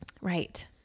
Right